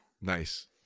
Nice